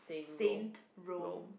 Saint Rome